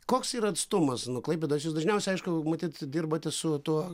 koks yra atstumas nuo klaipėdos jūs dažniausiai aišku matyt dirbate su tuo